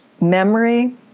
memory